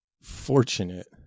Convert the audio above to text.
fortunate